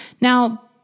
Now